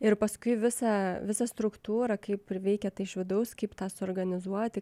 ir paskui visą visą struktūrą kaip ir veikia tai iš vidaus kaip tą suorganizuoti